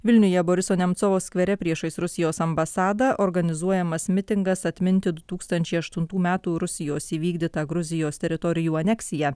vilniuje boriso nemcovo skvere priešais rusijos ambasadą organizuojamas mitingas atminti du tūkstančiai aštuntų metų rusijos įvykdytą gruzijos teritorijų aneksiją